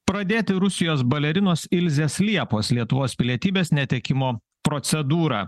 pradėti rusijos balerinos ilzės liepos lietuvos pilietybės netekimo procedūrą